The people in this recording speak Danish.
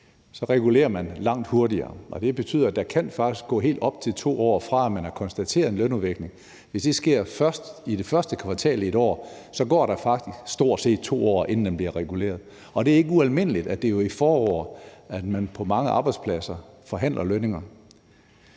så regulerer langt hurtigere. Der kan faktisk gå helt op til 2 år, fra man har konstateret en lønudvikling, til det bliver reguleret. Hvis det sker først i det første kvartal i et år, går der faktisk stort set 2 år, inden den bliver reguleret, og det er ikke ualmindeligt, at det er i foråret, man på mange arbejdspladser forhandler lønninger.